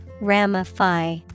Ramify